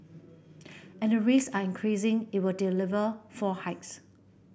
and the risk are increasing it will deliver four hikes